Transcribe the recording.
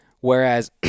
Whereas